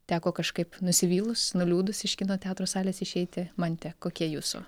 teko kažkaip nusivylus nuliūdus iš kino teatro salės išeiti mante kokie jūsų